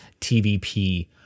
TVP